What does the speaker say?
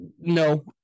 No